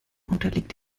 unterliegt